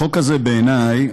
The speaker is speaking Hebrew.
החוק הזה, בעיני,